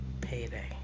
Payday